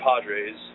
Padres